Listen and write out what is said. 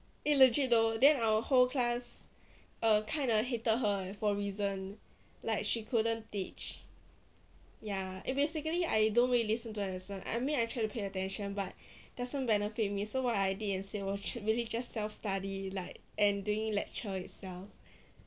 eh legit though then our whole class err kind of hated her for reason like she couldn't teach ya eh basically I don't really listen her lesson I mean I try to pay attention but doesn't benefit me so what I did instead was mainly just self-study like and doing lecture itself